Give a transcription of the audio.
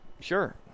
sure